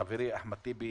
וחברי אחמד טיבי